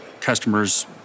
customers